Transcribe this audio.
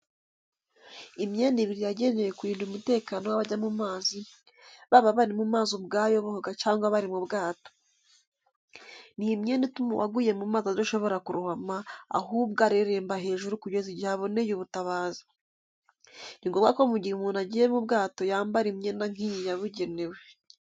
Imyenda ibiri yagenewe kurinda umutekano w'abajya mu mazi, baba bari mu mazi ubwayo boga cyangwa bari mu bwato. Ni imyenda ituma uwaguye mu mazi adashobora kurohama, ahubwo areremba hejuru kugeza igihe aboneye ubutabazi. Ni ngombwa ko mu gihe umuntu agiye mu bwato yambara imyenda nk'iyi yabugenewe.